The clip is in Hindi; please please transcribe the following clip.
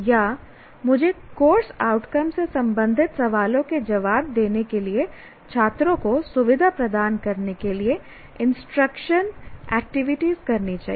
या मुझे कोर्स आउटकम से संबंधित सवालों के जवाब देने के लिए छात्रों को सुविधा प्रदान करने के लिए इंस्ट्रक्शन एक्टिविटीज करनी चाहिए